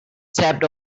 stepped